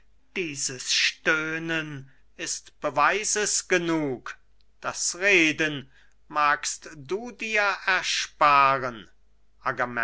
dieses stöhnen ist beweises genug das reden magst du dir ersparen